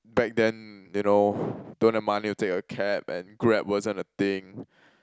back then you know don't have money to take a cab and Grab wasn't a thing